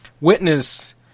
witness